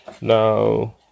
Now